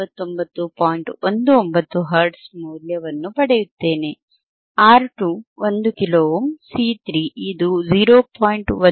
19 hertz ಮೌಲ್ಯವನ್ನು ಪಡೆಯುತ್ತೇನೆ R ೨ 1 kilo ಓಮ್C3 ಇದು 0